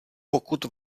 pokud